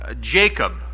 Jacob